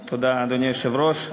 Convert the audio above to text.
תודה, אדוני היושב-ראש.